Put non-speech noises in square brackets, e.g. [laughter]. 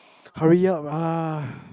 hurry up lah [breath]